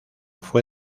fue